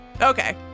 Okay